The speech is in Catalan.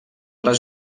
les